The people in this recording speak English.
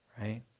right